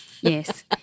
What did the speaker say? yes